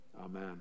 Amen